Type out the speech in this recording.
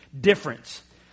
difference